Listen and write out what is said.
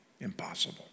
impossible